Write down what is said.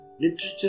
literature